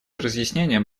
разъяснением